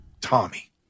tommy